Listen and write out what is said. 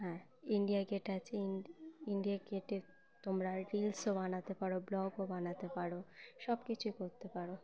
হ্যাঁ India Gate আছে ই ইন্ডিয়া গেটে তোমরা রিলসও বানাতে পারো ব্লগও বানাতে পারো সব কিছুই করতে পারো